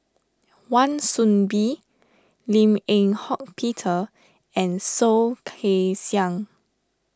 Wan Soon Bee Lim Eng Hock Peter and Soh Kay Siang